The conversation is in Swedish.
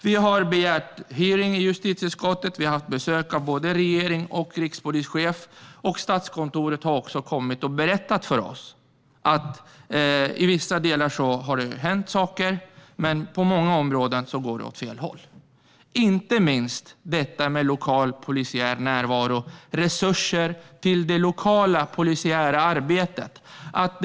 Vi har begärt en hearing i justitieutskottet. Vi har haft besök av både regering och rikspolischef. Statskontoret har också kommit och berättat för oss att i vissa delar har det hänt saker, men på många områden går det åt fel håll. Det gäller inte minst detta med lokal polisiär närvaro och resurser till det lokala polisiära arbetet.